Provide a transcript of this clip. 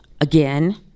again